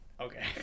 Okay